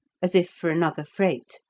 as if for another freight.